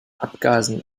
abgasen